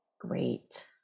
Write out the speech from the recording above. Great